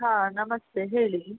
ಹಾಂ ನಮಸ್ತೆ ಹೇಳಿ